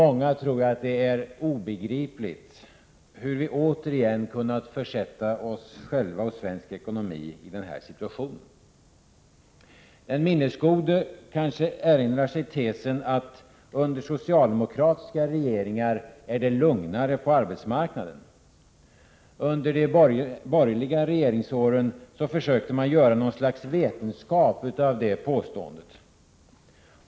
Jag tror att det för många är obegripligt hur vi återigen kunnat försätta oss själva och svensk ekonomi i denna situation. Den minnesgode erinrar sig kanske tesen att under socialdemokratiska regeringar är det lugnare på arbetsmarknaden. Under de borgerliga regeringsåren försökte man göra något slags vetenskap av detta påstående.